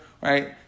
right